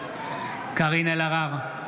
הצבעתו קארין אלהרר,